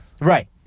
Right